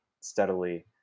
steadily